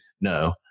No